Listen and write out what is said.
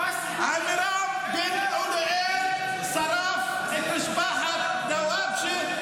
עמירם בן אוליאל שרף את משפחת דוואבשה,